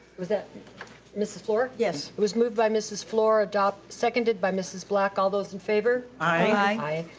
was that mrs. fluor? yes. it was moved by mrs. fluor. adopt seconded by mrs. black. all those in favor? aye.